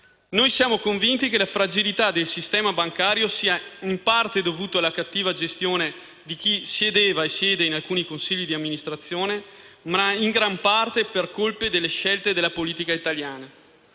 Siamo convinti che la fragilità del sistema bancario sia in parte dovuta alla cattiva gestione di chi sedeva e siede in alcuni consigli di amministrazione, ma in gran parte è colpa delle scelte della politica italiana.